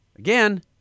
Again